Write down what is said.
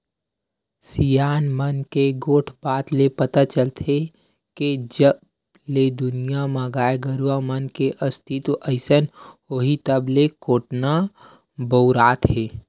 सियान मन के गोठ बात ले पता चलथे के जब ले ए दुनिया म गाय गरुवा मन के अस्तित्व आइस होही तब ले कोटना बउरात हे